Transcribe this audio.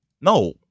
No